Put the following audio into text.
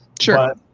Sure